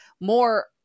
more